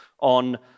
on